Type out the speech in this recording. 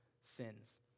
sins